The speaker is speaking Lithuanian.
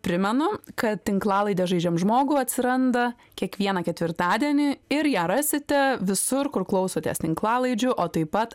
primenu kad tinklalaidė žaidžiam žmogų atsiranda kiekvieną ketvirtadienį ir ją rasite visur kur klausotės tinklalaidžių o taip pat